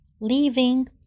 leaving